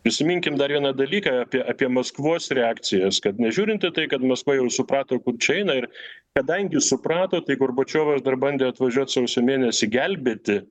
prisiminkim dar vieną dalyką apie apie maskvos reakcijas kad nežiūrint į tai kad maskva jau suprato kur čia eina ir kadangi suprato tai gorbačiovas dar bandė atvažiuot sausio mėnesį gelbėti